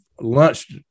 lunched